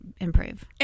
improve